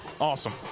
Awesome